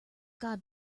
god